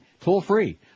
toll-free